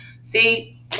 See